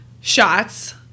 shots